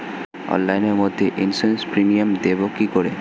অনলাইনে মধ্যে insurance premium দেবো কি করে?